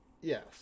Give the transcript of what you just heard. Yes